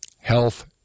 health